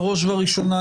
בראש ובראשונה,